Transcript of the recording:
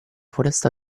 foresta